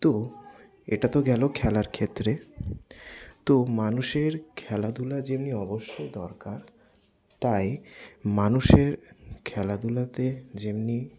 তো এটা তো গেলো খেলার ক্ষেত্রে তো মানুষের খেলাধুলা যেমনি অবশ্যই দরকার তাই মানুষের খেলাধুলাতে যেমনি